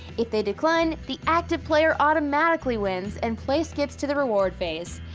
if they decline, the active player automatically wins and play skips to the reward phase.